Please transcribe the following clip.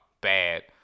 bad